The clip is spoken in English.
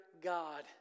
God